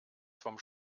vom